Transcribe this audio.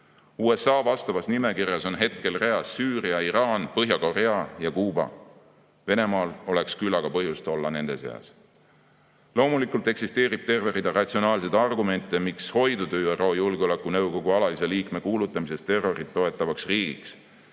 USA vastavas nimekirjas on hetkel reas Süüria, Iraan, Põhja-Korea ja Kuuba. Venemaal oleks küllaga põhjust olla nende seas. Loomulikult eksisteerib terve rida ratsionaalseid argumente, miks hoiduda ÜRO Julgeolekunõukogu alalise liikme kuulutamisest terrorit toetavaks riigiks.